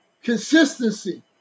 consistency